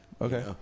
Okay